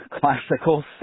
classical